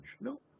No